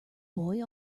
boy